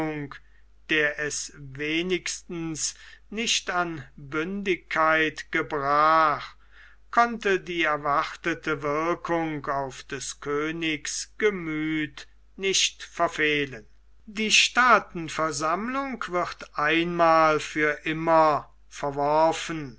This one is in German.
der es wenigstens nicht an bündigkeit gebrach konnte die erwartete wirkung auf des königs gemüth nicht verfehlen die staatenversammlung wird einmal für immer verworfen